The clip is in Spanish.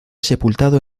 sepultado